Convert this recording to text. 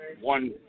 one